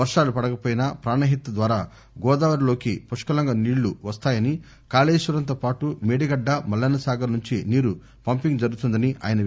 వర్షాలు పడకవోయినా ప్రాణహిత ద్వారా గోదావరి లోకి పుష్కలంగా నీళ్ళు వస్తాయని కాళేశ్వరంతో పాటు మేడిగడ్డ మల్లన్న సాగర్ నుంచి నీరు పంపింగ్ జరుగుతుందని ఆయన అన్నారు